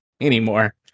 anymore